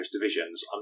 divisions